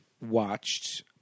watched